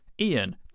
Ian